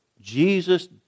Jesus